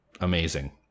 amazing